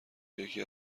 یکی